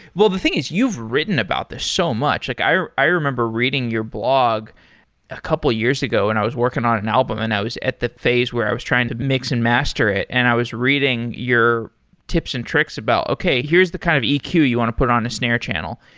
the thing is you've written about this so much. like i i remember reading your blog a couple of years ago when i was working on an album and i was at the phase where i was trying to mix and master it, and i was reading your tips and tricks about, okay, here's the kind of eq you you want to put on a snare channel.